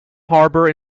harbour